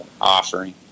offering